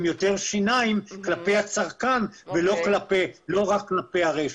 יותר שיניים כלפי הצרכן ולא רק כלפי הרשת.